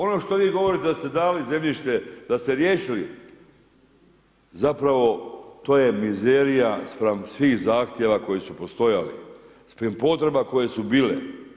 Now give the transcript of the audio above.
Ono što vi govorite da ste dali zemljište, da ste riješili, zapravo to je mizerija spram svih zahtjeva koji su postojali, spram potreba koje su bile.